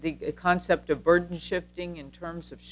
the concept of burden shifting in terms of